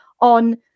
on